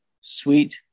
sweet